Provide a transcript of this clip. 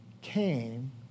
came